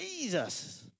Jesus